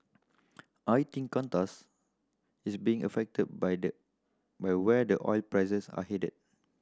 I think Qantas is being affected by the where where the oil prices are headed